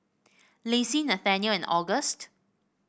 Lacie Nathaniel and August